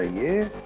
ah you